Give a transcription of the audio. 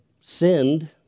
sinned